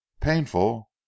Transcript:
painful